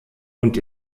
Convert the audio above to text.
und